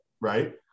right